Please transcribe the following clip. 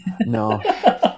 No